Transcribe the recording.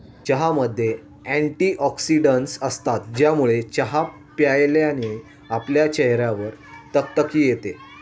चहामध्ये अँटीऑक्सिडन्टस असतात, ज्यामुळे चहा प्यायल्याने आपल्या चेहऱ्यावर तकतकी येते